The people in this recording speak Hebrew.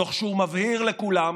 תוך שהוא מבהיר לכולם